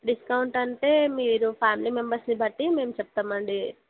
discount అంటే మీరు family మెంబర్స్ని బట్టి మేము చెప్తాం అండి